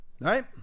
right